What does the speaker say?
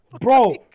Bro